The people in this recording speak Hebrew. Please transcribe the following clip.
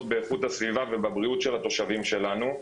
באיכות הסביבה ובבריאות של התושבים שלנו.